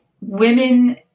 Women